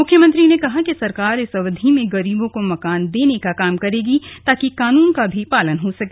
मुख्यमंत्री ने कहा कि सरकार इस अवधि में गरीबों को मकान देने का काम करेगी ताकि कानून का भी पालन हो सके